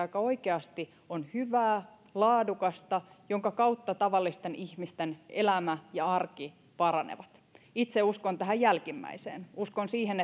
joka oikeasti on hyvää ja laadukasta jonka kautta tavallisten ihmisten elämä ja arki paranevat itse uskon tähän jälkimmäiseen uskon siihen